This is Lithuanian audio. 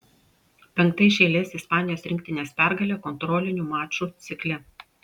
penkta iš eilės ispanijos rinktinės pergalė kontrolinių mačų cikle